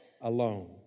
alone